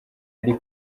ari